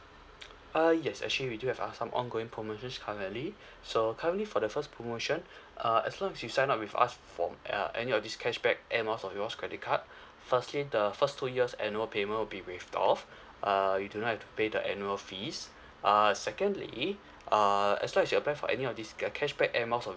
uh yes actually we do have uh some ongoing promotions currently so currently for the first promotion uh as long as you sign up with us from uh any of this cashback airmiles or rewards credit card firstly the first two years annual payment will be waived off uh you do not have to pay the annual fees uh secondly uh as long as you apply for any of these uh cashback air miles or